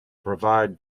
provide